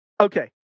Okay